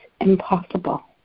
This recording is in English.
impossible